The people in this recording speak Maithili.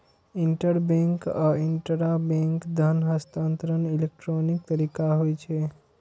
इंटरबैंक आ इंटराबैंक धन हस्तांतरण इलेक्ट्रॉनिक तरीका होइ छै